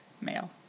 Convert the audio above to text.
male